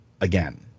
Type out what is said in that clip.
again